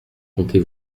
comptez